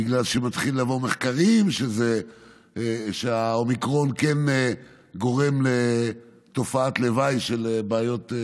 בגלל שמתחילים לבוא מחקרים שהאומיקרון כן גורם לתופעת לוואי של בעיות,